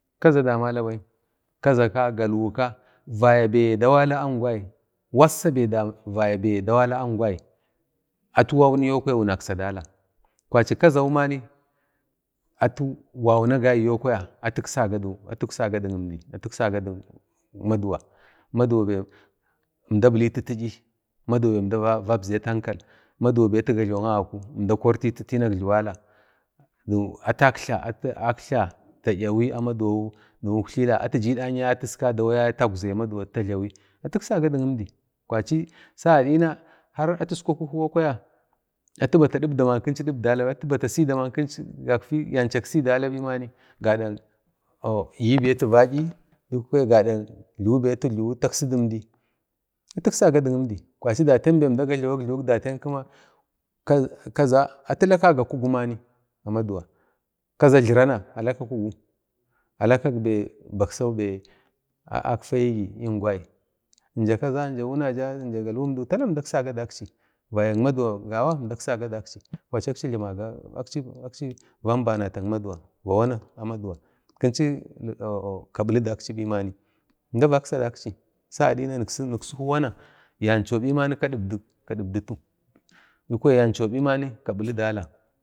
Kaza damalabai kaza ka, galwau ka, vaya be dawala angwai wasa be dama vaya be dawala angwai atu wawnuni wankasa dala kwachi kaza bani atu waunu agai yo kwaya atu iksaga dik əmdak maduwa, maduwa bai əmda vabuletu ti'yi əmda vabzatu ankal maduwa be amda kortetu chinik jluwala atu ak'yi ta 'yawi dik uk'yila atuji dan yaye atu aukzayi dik uk'yila i maduwa ta jlawi atu iksaga d əmdi kwari sagadi na har atu iskwaku huwa kwaya atu bata dibda ba ya dibdi bai, atu bata sidaba yanchak sidala bai gadak 'yibe atu va'yiyu ko gadan iksabe əmdak sidalawu, atu iksaga dik jdi kwachi datiyan be əmda gajlawak datiyan ba kaza atu lakaga kugu mani amaduwa kaza jlimana alaka kugu, alaka febaksau be atfayin gwagi, ja kaza, jak wu'ya ja dik galwondau pira əmdaksaga daksi vayak maduwa gawa əmdaksaga daksi kwachi aksiran əmbanataga va wana a maduwa kinchi kabili daksi bibani sagadi amda vaksa dakchi sagadi wuniksi huwana yancho bima kadibdi bikwa yancho bima a bili dala